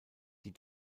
die